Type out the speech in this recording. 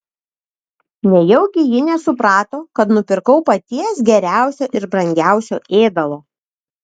nejaugi ji nesuprato kad nupirkau paties geriausio ir brangiausio ėdalo